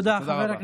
תודה רבה.